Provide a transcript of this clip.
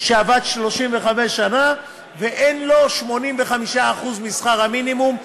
שעבד 35 שנה ואין לו 85% משכר המינימום,